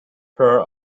her